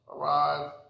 arrive